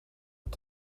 het